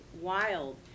wild